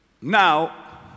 Now